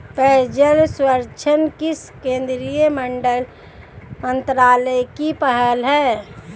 पेयजल सर्वेक्षण किस केंद्रीय मंत्रालय की पहल है?